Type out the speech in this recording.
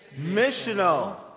Missional